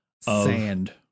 Sand